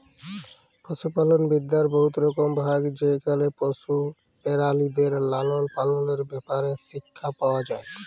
পশুপালল বিদ্যার বহুত রকম ভাগ যেখালে পশু পেরালিদের লালল পাললের ব্যাপারে শিখ্খা পাউয়া যায়